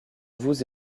vous